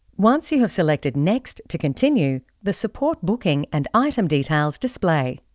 once you have selected next to continue, the support booking and item details display.